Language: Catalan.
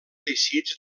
teixits